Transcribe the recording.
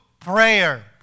Prayer